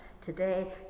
today